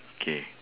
K